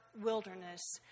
Wilderness